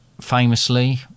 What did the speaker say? famously